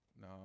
No